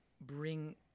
bring